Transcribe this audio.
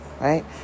Right